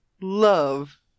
love